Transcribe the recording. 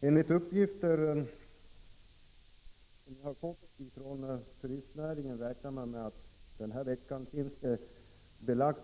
Enligt uppgifter som jag har fått från turistnäringen räknar man med en beläggning under denna vecka